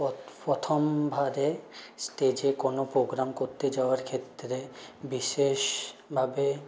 প্রথমবারে স্টেজে কোনো প্রোগ্রাম করতে যাওয়ার ক্ষেত্রে বিশেষভাবে